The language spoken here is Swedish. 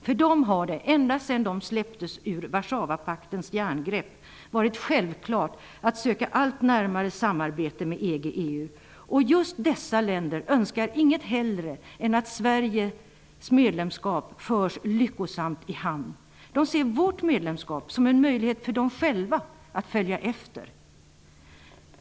För dem har det, ända sedan de släpptes ur Warszawapaktens järngrepp, varit självklart att söka allt närmare samarbete med EG/EU. Just dessa länder önskar inget hellre än att Sveriges medlemskap förs lyckosamt i hamn. De ser vårt medlemskap som en möjlighet för dem själva att följa efter.